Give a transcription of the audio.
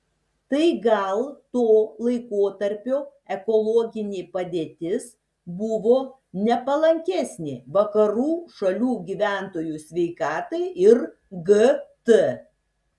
tai gal to laikotarpio ekologinė padėtis buvo nepalankesnė vakarų šalių gyventojų sveikatai ir gt